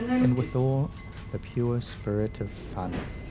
and withal the pure spirit of fun,